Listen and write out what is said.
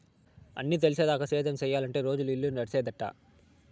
అన్నీ తెలిసేదాకా సేద్యం సెయ్యనంటే రోజులు, ఇల్లు నడిసేదెట్టా